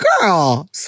girl